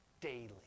daily